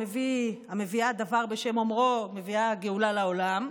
המביאה דבר בשם אומרו מביאה גאולה לעולם,